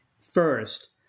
first